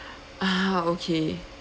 ah okay